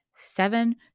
seven